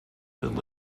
could